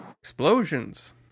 Explosions